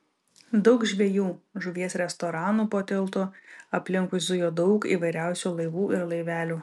daug žvejų žuvies restoranų po tiltu aplinkui zujo daug įvairiausių laivų ir laivelių